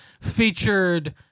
featured